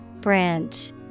Branch